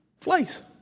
Flies